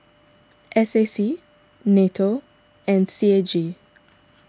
S A C Nato and C A G